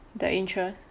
the interest